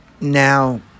Now